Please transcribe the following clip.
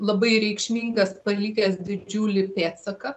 labai reikšmingas palikęs didžiulį pėdsaką